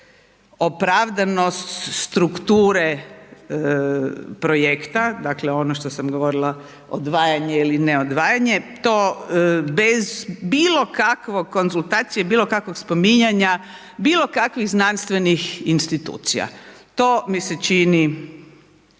opravdanost strukture projekta, dakle ono što sam govorila, odvajanje ili ne odvajanje, to bez bilokakve konzultacije, bilokakvog spominjanja, bilokakvih znanstvenih institucija, to mi se čini